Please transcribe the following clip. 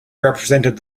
represented